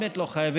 באמת לא חייבים,